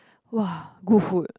!wah! good food